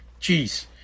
jeez